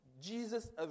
Jesus